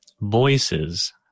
voices